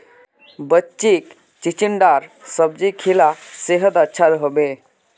बच्चीक चिचिण्डार सब्जी खिला सेहद अच्छा रह बे